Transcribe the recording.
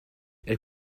elle